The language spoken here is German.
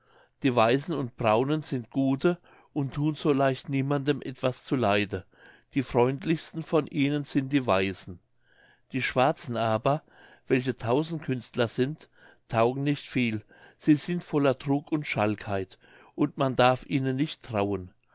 die weißen und braunen sind gute und thun so leicht niemandem etwas zu leide die freundlichsten von ihnen sind die weißen die schwarzen aber welche tausendkünstler sind taugen nicht viel sie sind voller trug und schalkheit und man darf ihnen nicht trauen